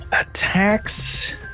Attacks